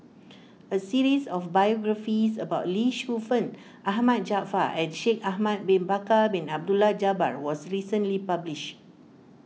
a series of biographies about Lee Shu Fen Ahmad Jaafar and Shaikh Ahmad Bin Bakar Bin Abdullah Jabbar was recently published